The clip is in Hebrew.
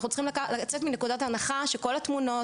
אנחנו צריכים לצאת מאיזה שהיא נקודות הנחה שכל התמונות,